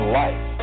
life